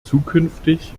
zukünftig